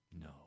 No